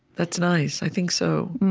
that's nice. i think so.